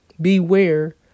beware